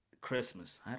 Christmas